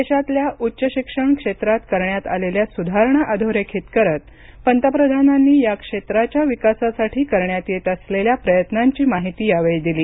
देशातल्या उच्च शिक्षण क्षेत्रात करण्यात आलेल्या सुधारणा अधोरेखित करत पंतप्रधानांनी या क्षेत्राच्या विकासासाठी करण्यात येत असलेल्या प्रयत्नांची माहिती यावेळी दिली